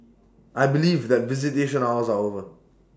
I believe that visitation hours are over